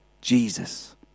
Jesus